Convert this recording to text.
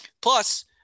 Plus